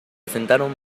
asentaron